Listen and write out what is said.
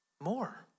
more